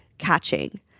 catching